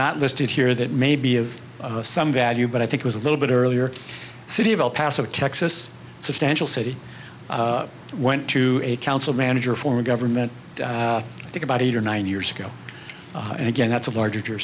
not listed here that may be of some value but i think was a little bit earlier city of el paso texas substantial city went to a council manager form of government i think about eight or nine years ago and again that's a larger